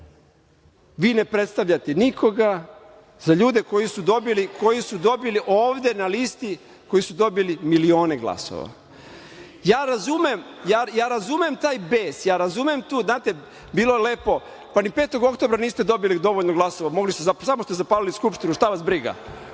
vi ne predstavljate nikoga, za ljude koji su dobili ovde na listi koji su dobili milione glasova. Ja razumem taj bes, razumem, bilo je lepo, pa ni 5. oktobra niste dobili dovoljno glasova, samo ste zapalili Skupštinu, šta vas briga.